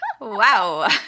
Wow